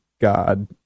God